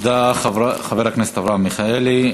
תודה לחבר הכנסת אברהם מיכאלי.